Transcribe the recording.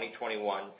2021